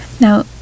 now